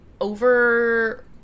over